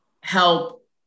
help